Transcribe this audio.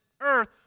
earth